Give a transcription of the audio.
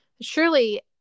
surely